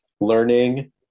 learning